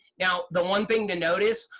now, the one thing to notice,